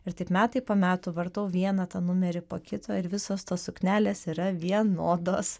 ir taip metai po metų vartau vieną tą numerį po kito ir visos tos suknelės yra vienodos